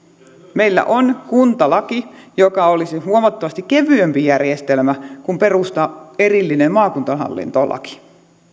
meillä on kuntalaki joka olisi huomattavasti kevyempi järjestelmä kuin perustaa erillinen maakuntahallintolaki